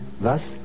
thus